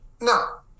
no